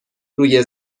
روی